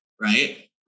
Right